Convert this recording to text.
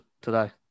today